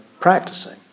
practicing